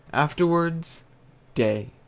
afterwards day!